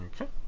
Okay